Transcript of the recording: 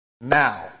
now